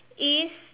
if